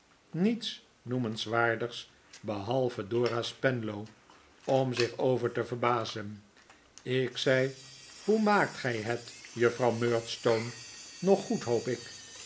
niets noemenswaardigs behalve dora spenlow om zich over te verbazen ik zei hoe maakt gij het juffrouw murdstone nog goed hoop ik